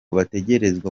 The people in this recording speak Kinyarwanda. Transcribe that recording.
bategerezwa